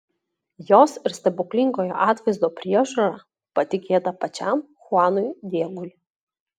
jos ir stebuklingojo atvaizdo priežiūra patikėta pačiam chuanui diegui